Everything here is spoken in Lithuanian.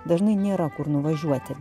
dažnai nėra kur nuvažiuoti